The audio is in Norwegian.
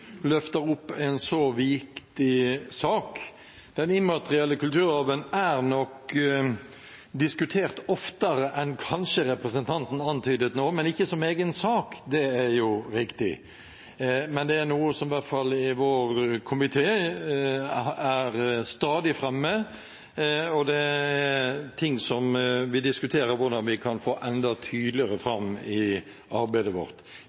løfter opp en så viktig sak. Den immaterielle kulturarven er kanskje diskutert oftere enn det representanten antydet nå, men ikke som egen sak – det er riktig. Men dette er noe som – i hvert fall i vår komité – stadig er framme, og som vi diskuterer hvordan vi kan få enda tydeligere fram i arbeidet vårt.